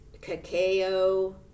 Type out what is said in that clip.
cacao